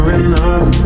enough